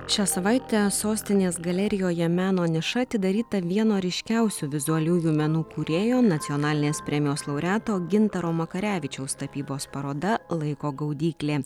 šią savaitę sostinės galerijoje meno niša atidaryta vieno ryškiausių vizualiųjų menų kūrėjo nacionalinės premijos laureato gintaro makarevičiaus tapybos paroda laiko gaudyklė